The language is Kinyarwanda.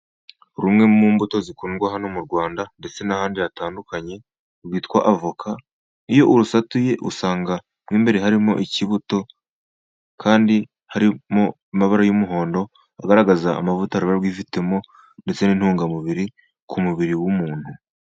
Rumwe mu mbuto zikundwa hano mu Rwanda ndetse n'ahandi hatandukanye rwitwa avoka. Iyo urusatuye usanga mo imbere harimo ikibuto kandi harimo amabara y'umuhondo , agaragaza amavuta ruba rwifitemo ndetse n'intungamubiri ku mubiri w'umuntu.